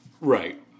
Right